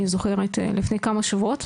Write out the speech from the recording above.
אני זוכרת לפני כמה שבועות,